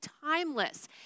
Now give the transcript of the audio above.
timeless